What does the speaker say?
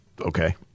Okay